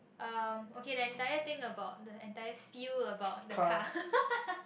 um okay the entire thing about the entire spill about the car